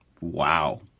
Wow